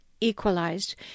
equalized